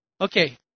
Okay